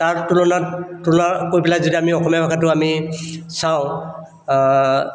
তাৰ তুলনাত তুলনা কৰি পেলাই যদি আমি অসমীয়া ভাষাটো আমি চাওঁ